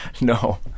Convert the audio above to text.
No